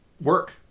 work